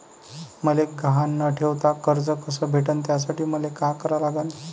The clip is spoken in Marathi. मले गहान न ठेवता कर्ज कस भेटन त्यासाठी मले का करा लागन?